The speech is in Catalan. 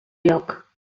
lloc